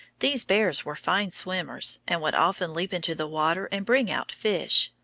these bears were fine swimmers, and would often leap into the water and bring out fish,